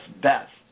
best